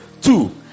Two